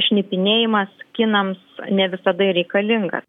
šnipinėjimas kinams ne visada ir reikalingas